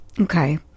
Okay